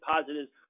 positives